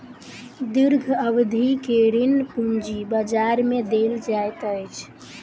दीर्घ अवधि के ऋण पूंजी बजार में देल जाइत अछि